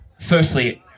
firstly